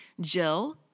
Jill